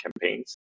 campaigns